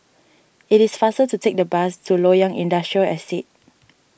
it is faster to take the bus to Loyang Industrial Estate